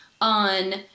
on